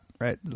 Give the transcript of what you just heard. right